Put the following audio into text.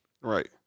Right